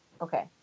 Okay